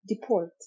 deport